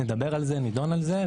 נדבר על זה, נדון בזה.